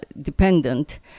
dependent